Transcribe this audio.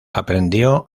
aprendió